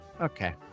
okay